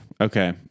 Okay